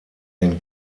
den